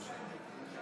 הוא עשה את זה.